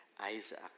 Isaac